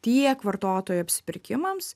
tiek vartotojų apsipirkimams